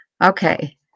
Okay